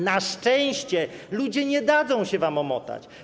Na szczęście ludzie nie dadzą się wam omotać.